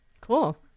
Cool